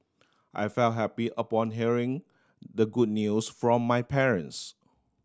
I felt happy upon hearing the good news from my parents